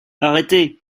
arrêtez